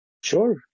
Sure